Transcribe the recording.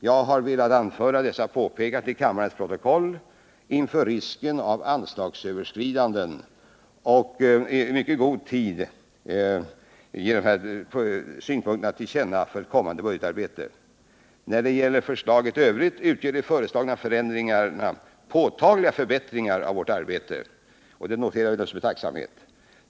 Jag har velat anföra dessa påpekanden till kammarens protokoll, inför risken av anslagsöverskridanden och för att våra synpunkter skall nå fram i mycket god tid inför ett kommande budgetarbete. När det gäller förslaget i övrigt utgör de föreslagna förändringarna påtagliga förbättringar för vårt arbete, och det noterar vi naturligtvis med tacksamhet.